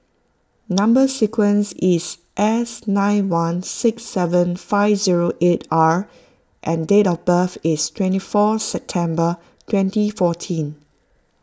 Number Sequence is S nine one six seven five zero eight R and date of birth is twenty four September twenty fourteen